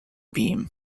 beam